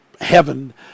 heaven